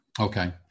Okay